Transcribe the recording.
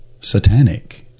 satanic